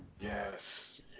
Yes